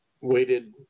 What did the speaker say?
weighted